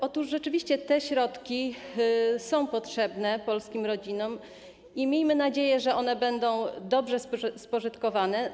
Otóż rzeczywiście te środki są potrzebne polskim rodzinom i miejmy nadzieję, że one będą dobrze spożytkowane.